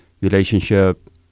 relationship